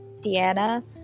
Deanna